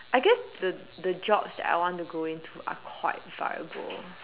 I guess the the jobs that I want to go into are quite viable